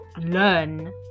learn